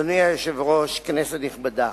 אדוני היושב-ראש, כנסת נכבדה,